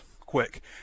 quick